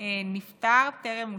נפטר טרם אושפז.